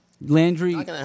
Landry